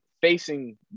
facing